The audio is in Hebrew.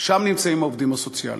שם נמצאים העובדים הסוציאליים.